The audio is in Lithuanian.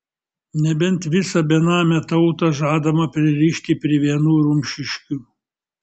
nebent visą benamę tautą žadama pririšti prie vienų rumšiškių